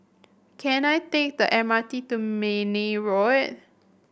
can I take the M R T to Mayne Road